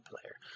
player